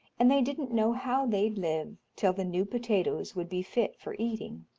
and they didn't know how they'd live till the new potatoes would be fit for eating.